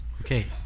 Okay